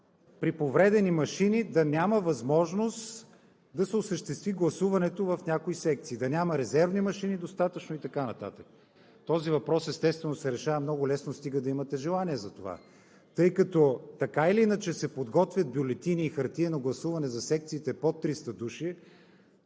при повредени машини да няма възможност да се осъществи гласуването в някои секции – да няма достатъчно резервни машини и така нататък. Този въпрос, естествено, се решава много лесно, стига да имате желание за това. Тъй като така или иначе се подготвят бюлетини и хартиено гласуване за секциите под 300 души,